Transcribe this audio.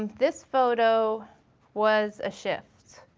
this photo was a shift.